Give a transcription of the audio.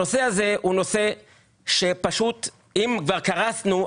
הנושא הזה הוא נושא שפשוט אם כבר קרסנו,